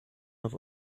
have